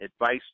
advice